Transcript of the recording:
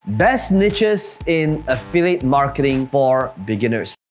best niches in affiliate marketing for beginners.